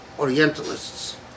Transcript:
Orientalists